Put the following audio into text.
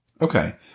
Okay